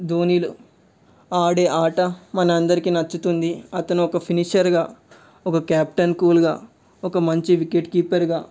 ధోనిలో ఆడే ఆట మన అందరికి నచ్చుతుంది అతను ఒక ఫినిషెయర్గా ఒక కెప్టెన్ కూల్గా ఒక మంచి వికెట్ కీపర్గా